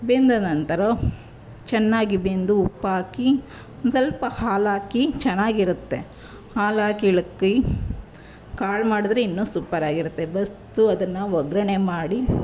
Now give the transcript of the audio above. ಬೆಂದ ನಂತರ ಚೆನ್ನಾಗಿ ಬೆಂದು ಉಪ್ಪಾಕಿ ಒಂದು ಸ್ವಲ್ಪ ಹಾಲಾಕಿ ಚೆನ್ನಾಗಿರುತ್ತೆ ಹಾಲಾಕಿ ಕೈ ಕಾಳು ಮಾಡಿದರೆ ಇನ್ನೂ ಸೂಪರಾಗಿರುತ್ತೆ ಬಸಿದು ಅದನ್ನು ಒಗ್ಗರಣೆ ಮಾಡಿ